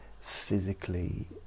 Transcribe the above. physically